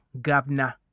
governor